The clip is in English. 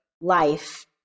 life